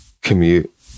commute